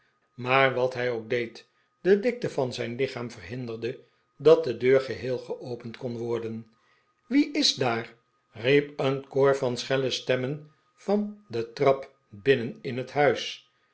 maar wat hij ook deed de dikte van zijn lichaam verhinderde dat de deur geheel geopend kon worden wie is daar riep een koor van schelle stemmen van de trap binnen in het huis